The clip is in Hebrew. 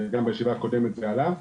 וגם בישיבה הקודמת זה עלה.